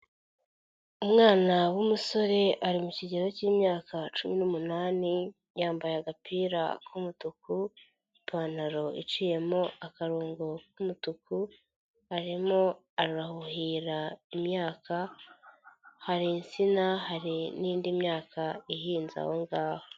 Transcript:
Umwana w'umusore ari mu kigero k'imyaka cumi n'umunani, yambaye agapira k'umutuku, ipantaro iciyemo akarongo k'umutuku, arimo aruhira imyaka, hari insina hari n'indi myaka ihinze aho ngaho.